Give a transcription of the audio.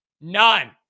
None